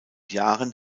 jahren